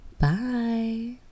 Bye